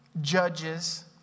judges